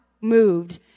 moved